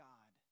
God